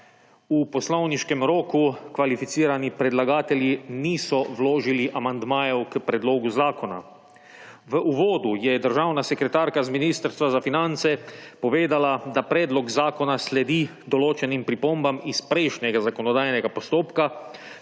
V poslovniškem roku kvalificirani predlagatelji niso vložili amandmajev k predlogu zakona. V uvodu je državna sekretarka z Ministrstva za finance povedala, da predlog zakona sledi določenim pripombam iz prejšnjega zakonodajnega postopka